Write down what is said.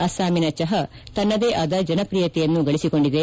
ಅಸ್ಲಾಮಿನ ಜಹಾ ತನ್ನದೇ ಆದ ಜನಪ್ರಿಯತೆಯನ್ನು ಗಳಿಸಿಕೊಂಡಿದೆ